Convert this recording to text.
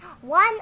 one